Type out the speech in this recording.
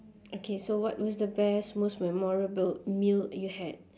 okay so what what is the best most memorable meal you had